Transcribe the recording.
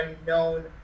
unknown